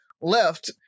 left